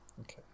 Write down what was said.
Okay